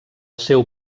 seu